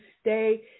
stay